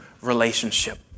relationship